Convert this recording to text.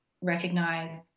recognize